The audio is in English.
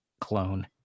clone